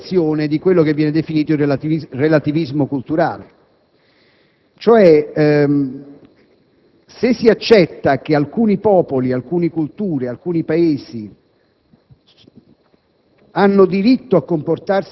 anche attraverso la contestazione di quello che viene definito il relativismo culturale. Se si accetta cioè che alcuni popoli, alcune culture, alcuni Paesi,